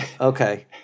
Okay